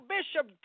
Bishop